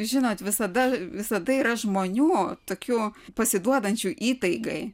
žinot visada visada yra žmonių tokių pasiduodančių įtaigai